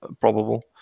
probable